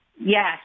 Yes